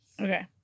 Okay